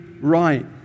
right